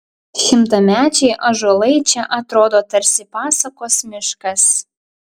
šimtamečiai ąžuolai čia atrodo tarsi pasakos miškas